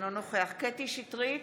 אינו נוכח קטי קטרין שטרית,